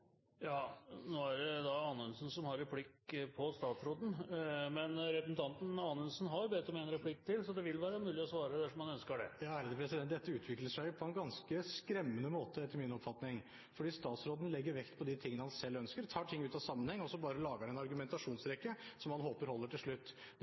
Ja, nå er det representanten Anundsen som har replikk på statsråden, men representanten Anundsen har bedt om en replikk til, så det vil være mulig å svare, dersom han ønsker det. Dette utvikler seg på en ganske skremmende måte, etter min oppfatning. Statsråden legger vekt på de tingene han selv ønsker, tar ting ut av en sammenheng og bare lager en